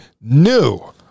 new